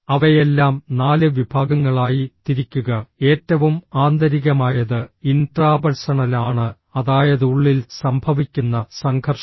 അവയെല്ലാം നാല് വിഭാഗങ്ങളായി തിരിക്കുക ഏറ്റവും ആന്തരികമായത് ഇൻട്രാപഴ്സണൽ ആണ് അതായത് ഉള്ളിൽ സംഭവിക്കുന്ന സംഘർഷം